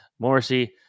Morrissey